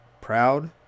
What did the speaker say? proud